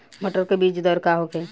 मटर के बीज दर का होखे?